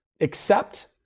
accept